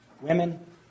women